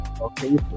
Okay